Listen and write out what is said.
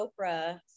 Oprah